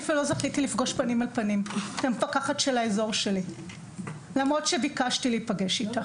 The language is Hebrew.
מפקחת האזור שלי,